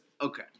okay